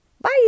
Bye